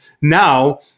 now